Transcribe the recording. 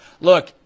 Look